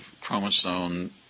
chromosome